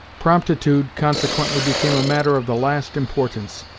promptitude, consequently became a matter of the last importance,